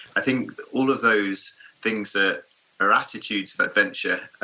i think that all of those things ah are attitudes of adventure.